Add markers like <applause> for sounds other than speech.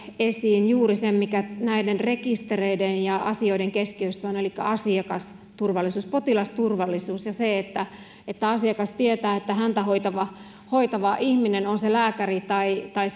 esiin juuri sen mikä näiden rekistereiden ja asioiden keskiössä on elikkä asiakasturvallisuus potilasturvallisuus ja se että että asiakas tietää että häntä hoitava hoitava ihminen on se sitten lääkäri tai tai <unintelligible>